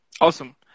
Awesome